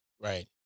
Right